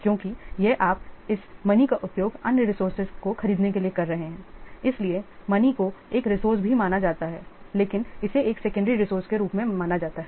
क्योंकि यह आप इस मनी का उपयोग अन्य रिसोर्सेज को खरीदने के लिए कर रहे हैं इसीलिए मनी को एक रिसोर्से भी माना जाता है लेकिन इसे एक सेकेंडरी रिसोर्से के रूप में माना जाता है